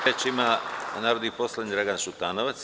Reč ima narodni poslanik Dragan Šutanovac.